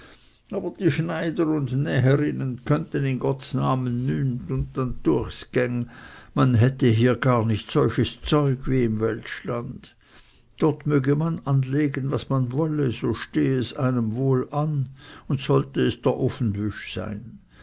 aber die schneider und die näherinnen könnten in gottsname nüt und dann düechs es geng man hätte hier gar nicht solches zeug wie im weltschland dort möge man anlegen was man wolle so stehe es einem wohl an und sollte es der ofenwüsch sein